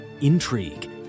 intrigue